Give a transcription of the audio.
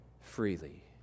freely